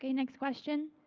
yeah next question.